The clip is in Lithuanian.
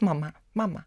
mama mama